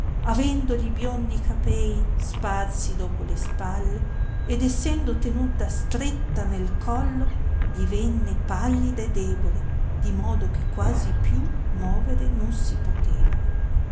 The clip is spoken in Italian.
avendo li biondi capei sparsi dopo le spalle ed essendo tenuta stretta nel collo divenne pallida e debole di modo che quasi più movere non si poteva